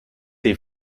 des